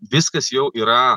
viskas jau yra